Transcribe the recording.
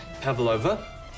pavlova